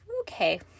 okay